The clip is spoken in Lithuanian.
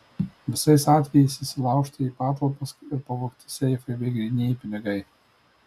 visais atvejais įsilaužta į patalpas ir pavogti seifai bei grynieji pinigai